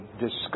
discuss